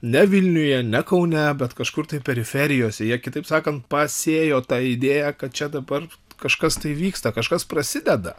ne vilniuje ne kaune bet kažkur tai periferijose jie kitaip sakant pasėjo tą idėją kad čia dabar kažkas tai vyksta kažkas prasideda